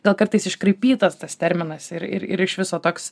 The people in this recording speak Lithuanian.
gal kartais iškraipytas tas terminas ir ir ir iš viso toks